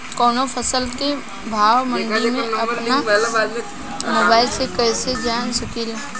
कवनो फसल के भाव मंडी के अपना मोबाइल से कइसे जान सकीला?